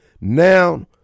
now